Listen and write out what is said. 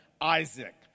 Isaac